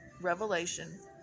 revelation